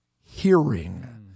hearing